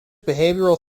behavioral